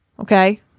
Okay